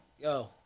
Yo